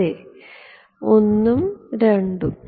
അതെ 1 ഉം 2 ഉം